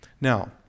Now